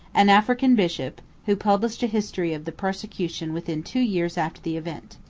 an african bishop, who published a history of the persecution within two years after the event.